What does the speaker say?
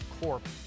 Corp